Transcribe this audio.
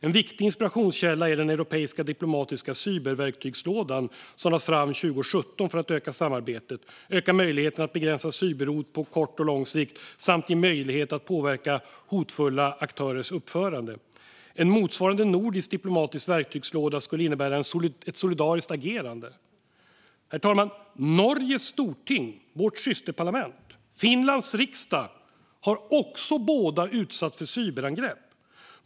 En viktig inspirationskälla är den europeiska diplomatiska cyberverktygslåda som lades fram 2017 för att öka samarbetet, öka möjligheterna att begränsa cyberhot på kort och lång sikt samt ge möjlighet att påverka hotfulla aktörers uppförande. En motsvarande nordisk diplomatisk verktygslåda skulle innebära ett solidariskt agerande. Herr talman! Norges storting, vårt systerparlament, och Finlands riksdag har båda också utsatts för cyberangrepp.